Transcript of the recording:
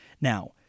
Now